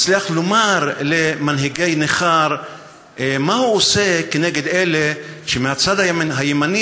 מצליח לומר למנהיגי נכר מה הוא עושה נגד אלה שמהצד הימני